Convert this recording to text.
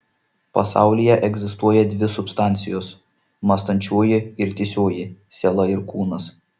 pasaulyje egzistuoja dvi substancijos mąstančioji ir tįsioji siela ir kūnas